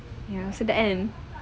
ya sedap kan